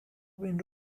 been